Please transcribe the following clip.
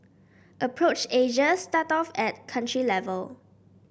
approach Asia start off at country level